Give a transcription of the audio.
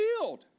healed